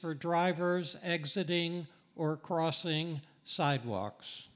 for drivers exiting or crossing sidewalks